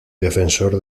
defensor